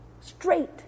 straight